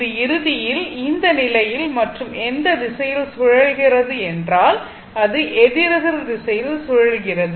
அது இறுதியில் இந்த நிலையில் மற்றும் எந்த திசையில் சுழல்கிறது என்றால் அது எதிரெதிர் திசையில் சுழல்கிறது